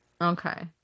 Okay